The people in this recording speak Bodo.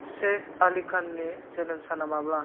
सेइफ आलि खाननि जोनोम साना माब्ला